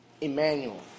Emmanuel